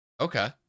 okay